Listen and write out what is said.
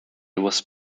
was